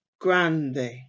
grande